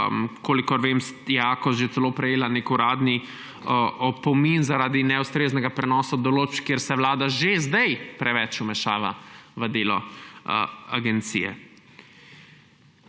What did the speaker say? Kolikor vem, je Akos že celo prejela nek uradni opomin zaradi neustreznega prenosa določb, kjer se je vlada že zdaj preveč vmešala v delo agencije.